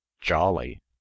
jolly